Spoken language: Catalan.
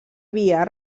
via